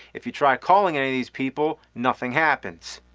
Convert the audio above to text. if you try calling any of these people, nothing happens.